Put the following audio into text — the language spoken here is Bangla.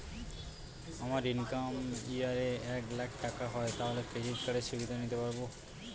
আমার ইনকাম ইয়ার এ এক লাক টাকা হয় তাহলে ক্রেডিট কার্ড এর সুবিধা নিতে পারবো?